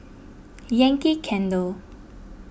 Yankee Candle